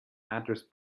address